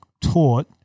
taught